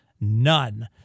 None